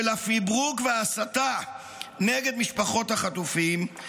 של הפברוק וההסתה נגד משפחות החטופים,